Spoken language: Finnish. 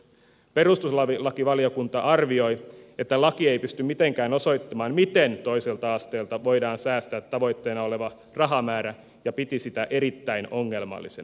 perustuslakivaliokunta arvioi että laki ei pysty mitenkään osoittamaan miten toiselta asteelta voidaan säästää tavoitteena oleva rahamäärä ja piti sitä erittäin ongelmallisena